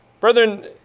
Brethren